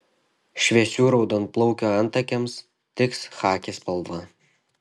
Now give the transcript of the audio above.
šviesių raudonplaukių antakiams tiks chaki spalva